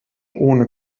ohne